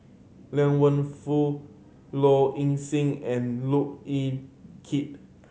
Liang Wenfu Low Ing Sing and Look Yan Kit